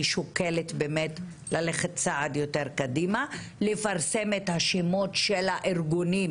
שוקלת ללכת צעד יותר קדימה ולפרסם את השמות של הארגונים